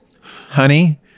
Honey